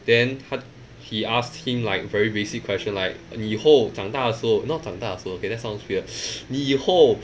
then 他 he asked him like very basic question like 你以后长大的时候 not 长大的时候 okay that sounds weird 你以后